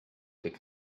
take